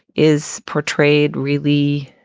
is portrayed really?